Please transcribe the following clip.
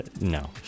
no